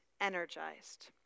energized